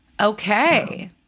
Okay